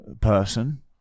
person